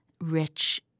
rich